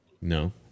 No